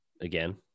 again